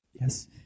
Yes